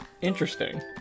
Interesting